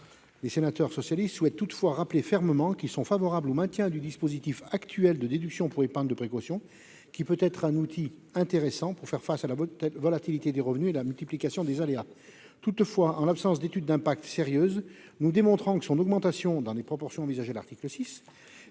Les sénateurs socialistes souhaitent toutefois rappeler qu'ils sont favorables au maintien du dispositif actuel de déduction pour épargne de précaution. Cet outil peut être intéressant pour faire face à la volatilité des revenus et à la multiplication des aléas. En revanche, en l'absence d'étude d'impact sérieuse, nous démontons l'argument selon lequel son augmentation, dans les proportions envisagées à l'article 6,